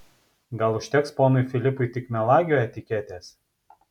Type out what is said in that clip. gal užteks ponui filipui tik melagio etiketės